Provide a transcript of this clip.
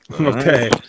okay